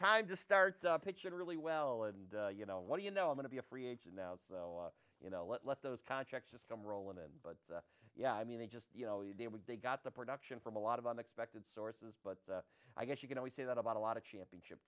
time to start pitching really well and you know what do you know i'm going to be a free agent now you know let those contracts just come rolling in but yeah i mean they just you know they would they got the production from a lot of unexpected sources but i guess you can always say that about a lot of champions